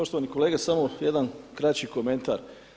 Poštovani kolega, samo jedan kraći komentar.